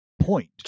point